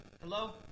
Hello